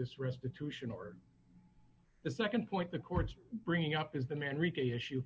this restitution or the nd point the court's bringing up is the man repay issue